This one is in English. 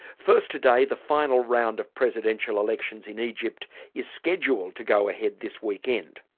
first today the final round of presidential elections in egypt is scheduled to go ahead this weekend.